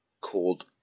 called